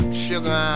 sugar